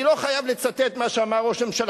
אני לא חייב לצטט מה שאמר ראש הממשלה,